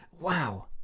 wow